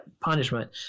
punishment